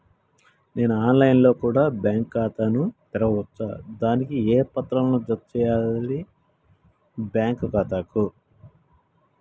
నేను online లో కూడా బ్యాంకు ఖాతా ను తెరవ వచ్చా? దానికి ఏ పత్రాలను జత చేయాలి బ్యాంకు ఖాతాకు?